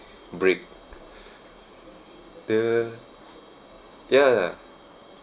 break the ya lah